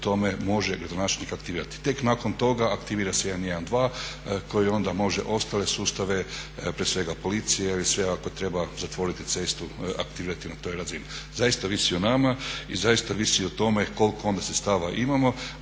tome može gradonačelnik aktivirati. Tek nakon toga aktivira se 112 koji onda može ostale sustave, prije svega policija ako treba zatvoriti cestu, aktivirati na toj razini. Zaista, ovisi o nama i zaista ovisi o tome koliko onda sredstava imamo.